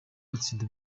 batsinda